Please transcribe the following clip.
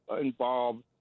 involved